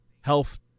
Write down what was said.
health